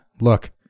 look